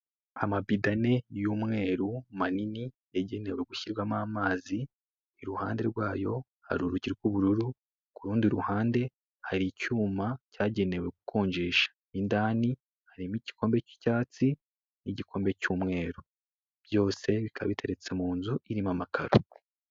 Amabido ane y'umweru, manini, yagenewe gushyirwamo amazi, iruhande rwayo hari urugi rw'ubururu, ku rundi ruhande hari icyuma cyagenewe gukonjesha. I ndani harimo igikombe cy'icyatsi n'igikombe cy'umweru. Byose bikaba biteretse mu nzu irimo amakaro.